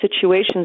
situations